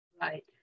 Right